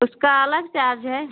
उसका अलग चार्ज है